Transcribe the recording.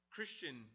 Christian